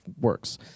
works